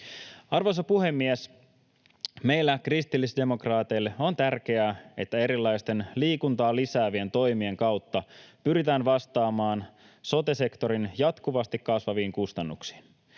Arvoisa puhemies! Meille kristillisdemokraateille on tärkeää, että erilaisten liikuntaa lisäävien toimien kautta pyritään vastaamaan sote-sektorin jatkuvasti kasvaviin kustannuksiin.